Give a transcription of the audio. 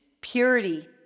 purity